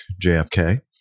JFK